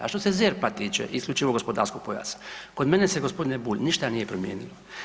A što se ZERP-a tiče, isključivog gospodarskog pojasa kod mene se gospodine Bulj ništa nije promijenilo.